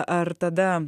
ar tada